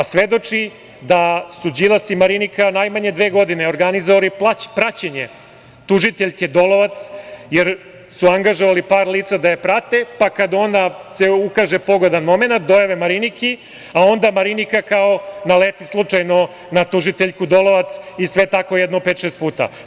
Svedoči da su Đilas i Marinika najmanje dve godine organizovali praćenje tužiteljke Dolovac, jer su angažovali par lica da je prate, pa kad se ukaže pogodan momenat, dojave Mariniki, a onda Marinika kao naleti slučajno na tužiteljku Dolovac i sve tako jedno pet-šest puta.